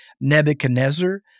Nebuchadnezzar